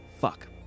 Fuck